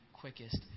quickest